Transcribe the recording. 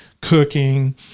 cooking